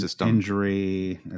injury